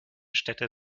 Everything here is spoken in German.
städte